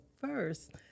first